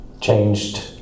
changed